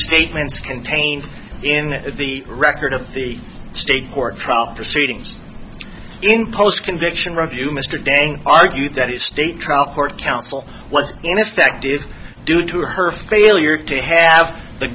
statements contained in the record of the state court trial proceedings in post conviction review mr dan argued that each state trial court counsel was ineffective due to her failure to have the